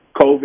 COVID